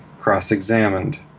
cross-examined